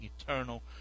eternal